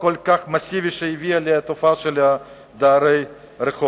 כל כך מסיבי בתופעה של דרי הרחוב.